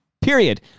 period